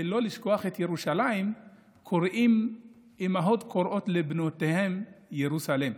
לא לשכוח את ירושלים אימהות קוראות לבנותיהן ירוסלם.